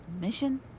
Mission